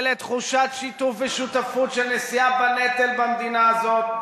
ולתחושת שיתוף ושותפות של נשיאה בנטל במדינה הזאת,